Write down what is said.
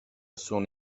sono